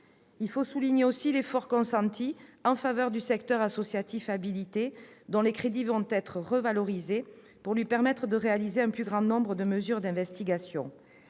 Il faut aussi souligner l'effort consenti en faveur du secteur associatif habilité, dont les crédits vont être revalorisés afin de lui permettre de réaliser un plus grand nombre de mesures d'investigation.